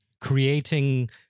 creating